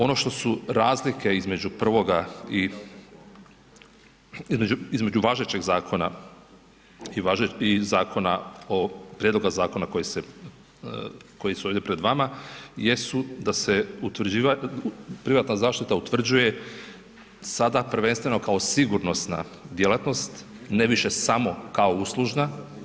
Ono što su razlike između prvoga i između važećeg zakona i zakona o, prijedloga zakona koji su ovdje pred vama, jesu da se privatna zaštita utvrđuje sada, prvenstveno kao sigurnosna djelatnost, ne više samo kao uslužna.